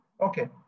Okay